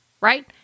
right